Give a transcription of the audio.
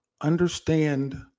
understand